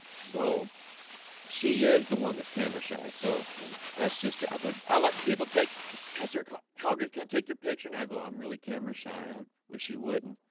so she is the one that's camera shy so that's just i would i let people take pastor car how good can't take your picture and i go i'm really camera shy out wish you wouldn't